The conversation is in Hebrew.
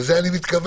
לזה אני מתכוון.